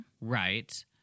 right